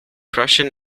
prussian